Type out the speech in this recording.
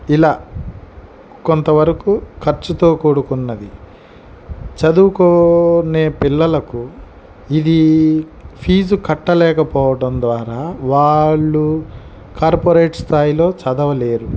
ఇలా కొంతవరకు ఖర్చుతో కూడుకున్నది చదువుకో నే పిల్లలకు ఇది ఫీజు కట్టలేక పోవటం ద్వారా వాళ్ళు కార్పొరేట్ స్థాయిలో చదవలేరు